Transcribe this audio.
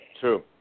True